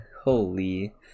Holy